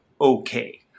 okay